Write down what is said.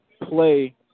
play